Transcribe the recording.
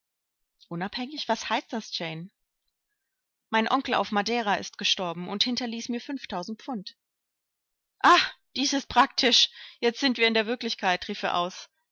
was heißt das jane mein onkel auf madeira ist gestorben und hinterließ mir fünftausend pfund ah dies ist praktisch jetzt sind wir in der wirklichkeit rief er aus